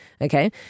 okay